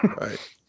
right